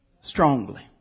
strongly